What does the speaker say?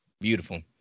Beautiful